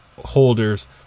holders